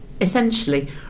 essentially